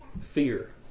fear